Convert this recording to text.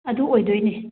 ꯑꯗꯨ ꯑꯣꯏꯗꯣꯏꯅꯦ